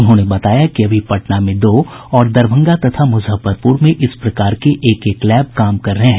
उन्होंने बताया कि अभी पटना में दो और दरभंगा तथा मुजफ्फरपुर में इस प्रकार के एक एक लैब काम कर रहे हैं